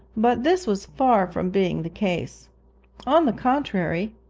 but this was far from being the case on the contrary,